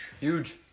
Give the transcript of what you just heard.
Huge